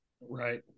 Right